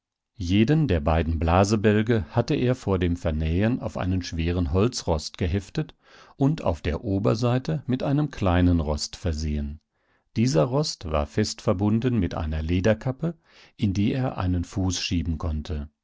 jeden der beiden blasebälge hatte er vor dem vernähen auf einen schweren holzrost geheftet und auf der oberseite mit einem kleinen rost versehen dieser rost war fest verbunden mit einer lederkappe in die er einen fuß schieben konnte